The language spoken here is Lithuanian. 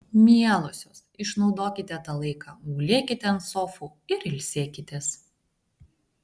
mielosios išnaudokite tą laiką gulėkite ant sofų ir ilsėkitės